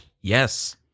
Yes